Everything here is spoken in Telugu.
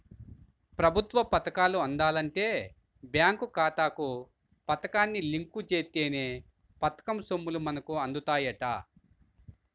ప్రభుత్వ పథకాలు అందాలంటే బేంకు ఖాతాకు పథకాన్ని లింకు జేత్తేనే పథకం సొమ్ములు మనకు అందుతాయంట